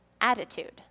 attitude